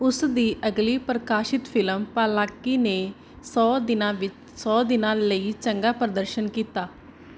ਉਸ ਦੀ ਅਗਲੀ ਪ੍ਰਕਾਸ਼ਿਤ ਫਿਲਮ ਪਾਲਾਕੀ ਨੇ ਸੌ ਦਿਨਾਂ ਵਿ ਸੌ ਦਿਨਾਂ ਲਈ ਚੰਗਾ ਪ੍ਰਦਰਸ਼ਨ ਕੀਤਾ